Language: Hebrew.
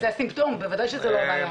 זה הסימפטום, בוודאי שזאת לא הבעיה.